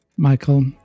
Michael